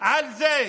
על כך